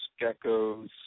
geckos